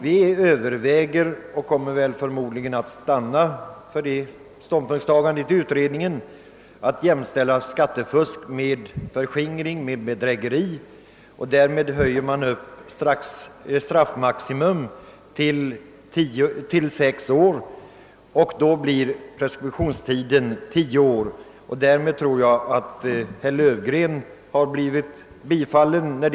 Vi överväger och kommer förmodligen att stanna för ståndpunktstagandet att jämställa skattefusk med förskingring och bedrägeri. Därmed höjs straffmaximum till sex år, varvid preskriptionstiden blir tio år. Med detta tror jag att herr Löfgren kommer att bli tillfredsställd.